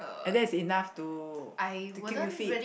and that's enough to to keep you fit